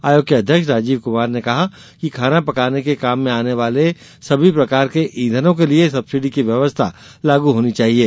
आयोग के अध्यक्ष राजीव कुमार ने कहा कि खाना पकाने के काम में आने वाले सभी प्रकार के ईधनों के लिये सब्सिडी की व्यवस्था लागू होनी चाहिये